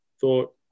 thought